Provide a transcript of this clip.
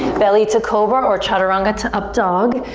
belly to cobra or chaturanga to up dog.